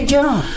John